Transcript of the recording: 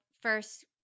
first